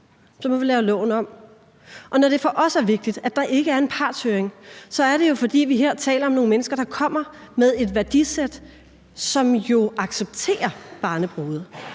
så må vi lave loven om. Når det for os er vigtigt, at der ikke er en partshøring, så er det jo, fordi vi her taler om nogle mennesker, der kommer med et værdisæt, som jo accepterer barnebrude